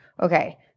Okay